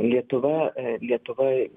lietuva lietuva